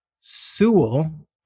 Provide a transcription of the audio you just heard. Sewell